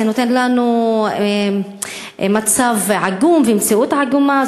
זה נותן לנו מצב עגום ומציאות עגומה,